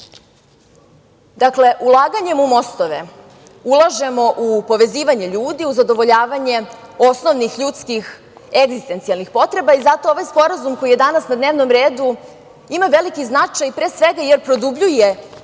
zlo“.Dakle, ulaganjem u mostove ulažemo u povezivanje ljudi, u zadovoljavanje osnovnih ljudskih egzistencijalnih potreba i zato ovaj sporazum koji je danas na dnevnom redu ima veliki značaj, pre svega jer produbljuje